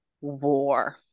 war